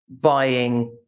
buying